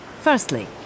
Firstly